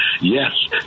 yes